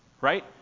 right